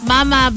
Mama